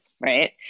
right